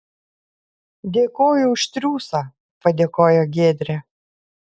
dėkoju už triūsą padėkojo giedrė